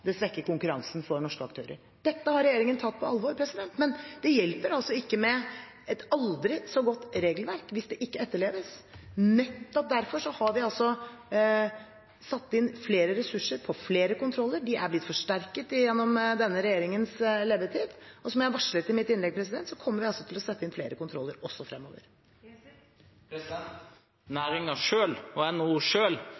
det svekker konkurransen for norske aktører. Dette har regjeringen tatt på alvor. Men det hjelper ikke med et aldri så godt regelverk hvis det ikke etterleves. Nettopp derfor har vi satt inn flere ressurser på flere kontroller. De er blitt forsterket gjennom denne regjeringens levetid, og som jeg varslet i mitt innlegg, kommer vi til å sette inn flere kontroller